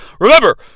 Remember